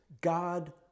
God